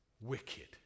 Wicked